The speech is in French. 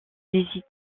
visite